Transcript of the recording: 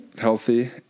Healthy